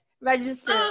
register